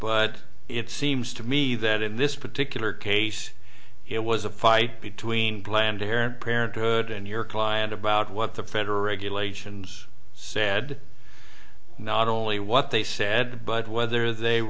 but it seems to me that in this particular case it was a fight between planned air parenthood and your client about what the federal regulations said not only what they said but whether they